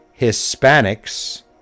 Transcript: Hispanics